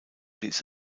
bis